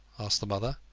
asked the mother.